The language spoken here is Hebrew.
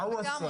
מה הוא עושה?